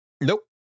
Nope